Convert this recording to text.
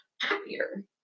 happier